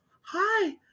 Hi